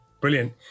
brilliant